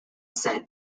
sent